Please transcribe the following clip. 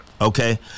Okay